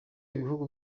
ibihugu